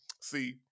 See